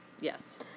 Yes